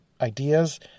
ideas